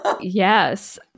Yes